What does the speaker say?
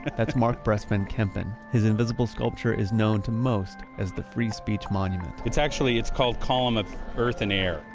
that's mark brest van kempen. his invisible sculpture is known to most as the free speech monument. it's actually called column of earth and air.